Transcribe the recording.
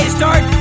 start